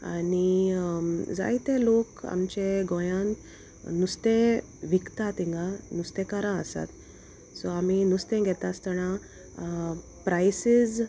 आनी जायते लोक आमचे गोंयान नुस्तें विकता हिंगा नुस्तेंकारां आसात सो आमी नुस्तें घेता आसतना प्रायसीस